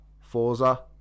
forza